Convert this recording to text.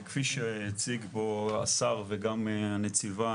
כפי שהציג פה השר וגם הנציבה,